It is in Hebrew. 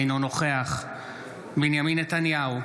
אינו נוכח בנימין נתניהו,